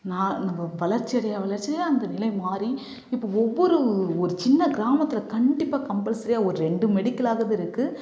நான் நம்ம வளர்ச்சியடைய வளர்ச்சியடைய அந்த நிலை மாறி இப்போ ஒவ்வொரு ஒரு சின்ன கிராமத்தில் கண்டிப்பாக கம்பல்ஸரியாக ஒரு ரெண்டு மெடிக்கலாவது இருக்குது